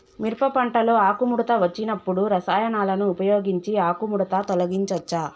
మిరప పంటలో ఆకుముడత వచ్చినప్పుడు రసాయనాలను ఉపయోగించి ఆకుముడత తొలగించచ్చా?